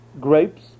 grapes